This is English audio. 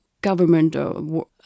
government